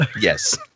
Yes